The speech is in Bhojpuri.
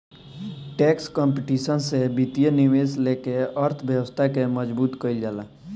टैक्स कंपटीशन से वित्तीय निवेश लेके अर्थव्यवस्था के मजबूत कईल जाला